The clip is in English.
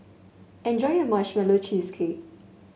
enjoy your Marshmallow Cheesecake